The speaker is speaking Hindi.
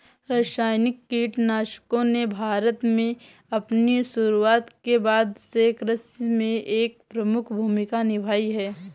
रासायनिक कीटनाशकों ने भारत में अपनी शुरूआत के बाद से कृषि में एक प्रमुख भूमिका निभाई हैं